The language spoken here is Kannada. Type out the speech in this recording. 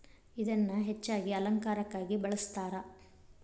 ಇದನ್ನಾ ಹೆಚ್ಚಾಗಿ ಅಲಂಕಾರಕ್ಕಾಗಿ ಬಳ್ಸತಾರ